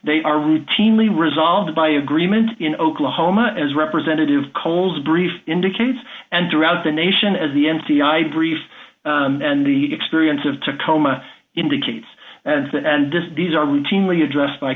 they are routinely resolved by agreement in oklahoma as representative cole's brief indicates and throughout the nation as the n t i brief and the experience of tacoma indicates and this these are routinely addressed by